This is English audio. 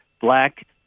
black